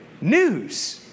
news